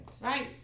Right